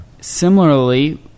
Similarly